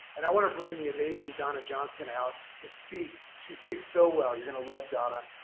and i want to bring the amazing donna johnson out to speak. she speaks so well. you're going to love donna,